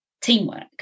teamwork